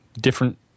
different